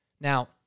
Now